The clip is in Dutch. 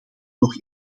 nog